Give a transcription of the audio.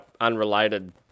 unrelated